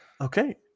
Okay